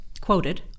quoted